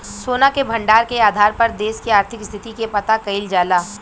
सोना के भंडार के आधार पर देश के आर्थिक स्थिति के पता कईल जाला